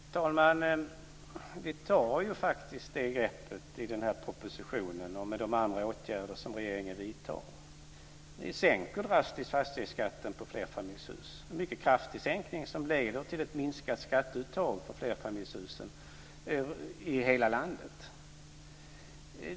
Fru talman! Vi tar ju faktiskt det här greppet i den här propositionen och med de andra åtgärder som regeringen vidtar. Vi sänker drastiskt fastighetsskatten på flerfamiljshus. Det är en mycket kraftig sänkning som leder till ett minskat skatteuttag för flerfamiljshusen i hela landet.